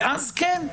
ואז כן,